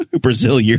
Brazil